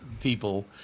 people